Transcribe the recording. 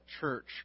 Church